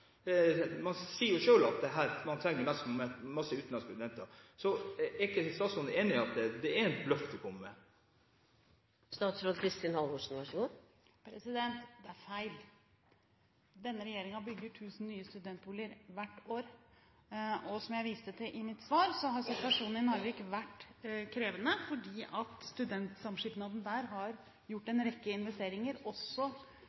Man sier jo selv at det er her man trenger det mest, med masse utenlandske studenter – så er ikke statsråden enig i at det er en bløff hun kommer med? Det er feil. Denne regjeringen bygger 1 000 nye studentboliger hvert år. Som jeg viste til i mitt svar, har situasjonen i Narvik vært krevende fordi studentsamskipnaden der har gjort